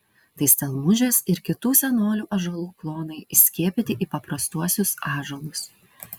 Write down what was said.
tai stelmužės ir kitų senolių ąžuolų klonai įskiepyti į paprastuosius ąžuolus